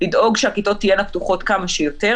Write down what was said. לדאוג שהכיתות תהיינה פתוחות כמה שיותר